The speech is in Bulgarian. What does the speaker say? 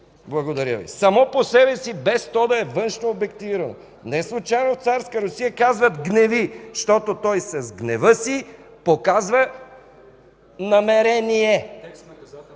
дейност само по себе си, без то да е външно обективирано. Неслучайно в царска Русия казват: гневи, защото той с гнева си показва намерение.